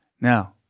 Now